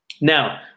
Now